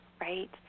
right